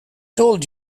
told